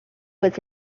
was